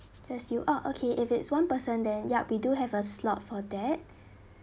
just you oh okay if it's one person than ya we do have a slot for that